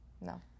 no